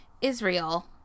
Israel